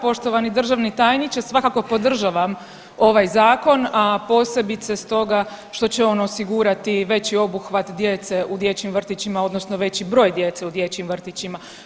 Poštovani državni tajniče svakako podržavam ovaj zakon, a posebice stoga što će on osigurati veći obuhvat djece u dječjim vrtićima odnosno veći broj djece u dječjim vrtićima.